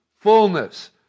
fullness